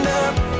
up